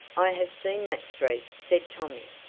i have seen that street, said tommy.